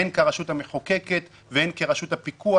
הן כרשות המחוקקת והן כרשות הפיקוח.